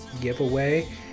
giveaway